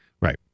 Right